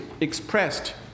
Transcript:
expressed